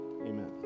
amen